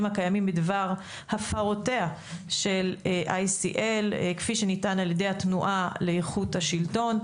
הקיימים בדבר הפרותיה של ICL כפי שנטען על ידי התנועה לאיכות השלטון.